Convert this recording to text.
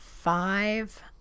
five